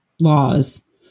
laws